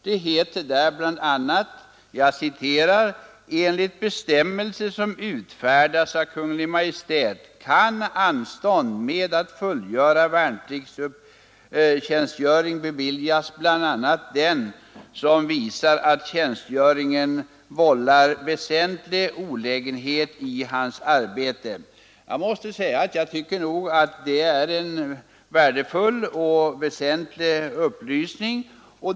Det heter där bl.a.: ”Enligt bestämmelser som har utfärdats av Kungl. Maj:t kan anstånd med att fullgöra värnpliktstjänstgöring beviljas bl.a. den som visar att tjänstgöringen vållar väsentlig olägenhet i hans arbete.” Jag tycker att den upplysningen är mycket väsentlig och värdefull.